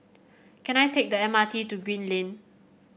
can I take the M R T to Green Lane